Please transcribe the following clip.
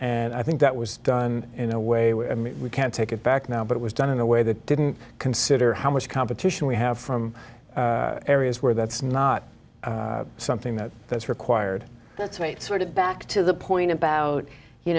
and i think that was done in a way where we can't take it back now but it was done in a way that didn't consider how much competition we have from areas where that's not something that that's required that's why it's sort of back to the point about you